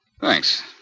Thanks